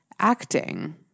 Acting